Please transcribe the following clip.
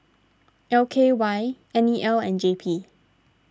L K Y N E L and J P